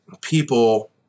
people